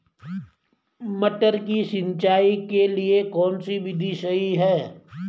मटर की सिंचाई के लिए कौन सी विधि सही है?